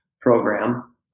program